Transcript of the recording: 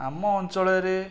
ଆମ ଅଞ୍ଚଳରେ